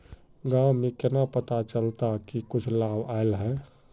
गाँव में केना पता चलता की कुछ लाभ आल है?